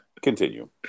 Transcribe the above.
Continue